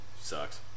Sucks